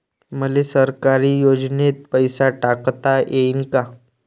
मले सरकारी योजतेन पैसा टाकता येईन काय?